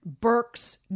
Burks